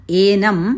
Enam